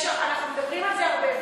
אנחנו מדברים על זה הרבה,